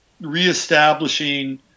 reestablishing